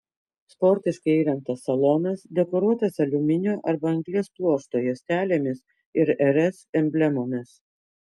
sportiškai įrengtas salonas dekoruotas aliuminio arba anglies pluošto juostelėmis ir rs emblemomis